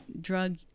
drug